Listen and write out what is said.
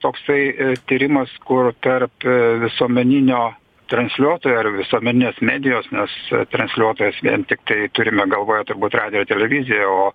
toksai tyrimas kur tarp visuomeninio transliuotojo ar visuomeninės medijos nes transliuotojas vien tiktai turime galvoje turbūt radijo televiziją o